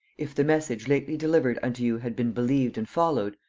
if the message lately delivered unto you had been believed and followed,